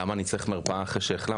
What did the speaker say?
למה אני צריך מרפאה אחרי שהחלמתי?